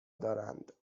دارند